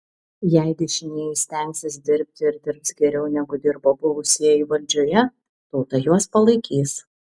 jei dešinieji stengsis dirbti ir dirbs geriau negu dirbo buvusieji valdžioje tauta juos palaikys